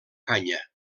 canya